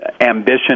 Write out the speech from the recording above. ambition